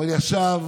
אבל ישב,